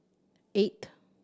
eight